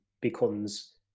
becomes